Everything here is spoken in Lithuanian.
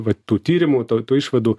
va tų tyrimų tų tų išvadų